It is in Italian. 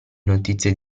notizie